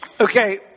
Okay